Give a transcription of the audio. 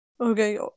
Okay